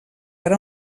per